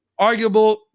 Arguable